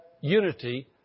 unity